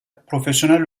profesyonel